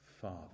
Father